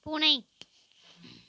பூனை